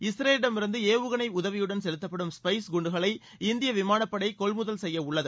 இஸ்ரேலிடமிருந்து ஏவுகணை உதவியுடன் செலுத்தப்படும் ஸ்பைஸ் குண்டுகளை இந்திய விமானப்படை கொள்முதல் செய்யவுள்ளது